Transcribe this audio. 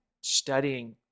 studying